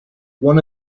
one